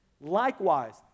Likewise